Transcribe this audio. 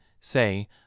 say